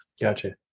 Gotcha